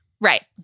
Right